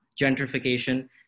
gentrification